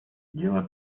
дело